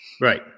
Right